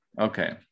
Okay